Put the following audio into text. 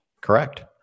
Correct